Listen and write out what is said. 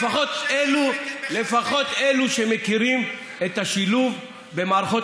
לפחות אלו שמכירים את השילוב במערכות